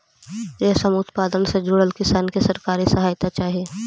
रेशम उत्पादन से जुड़ल किसान के सरकारी सहायता चाहि